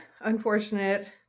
unfortunate